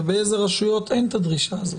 ובאיזה רשויות אין את הדרישה הזאת?